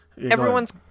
everyone's